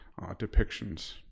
depictions